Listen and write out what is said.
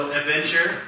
adventure